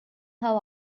how